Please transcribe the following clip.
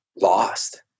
lost